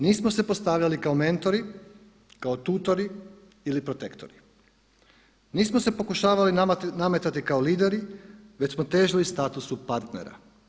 Nismo se postavljali kao mentori, kao tutori ili protektori, nismo se pokušavali nametati kao lideri već smo težili statusu partnera.